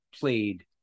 played